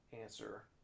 answer